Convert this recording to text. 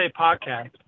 podcast